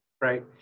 right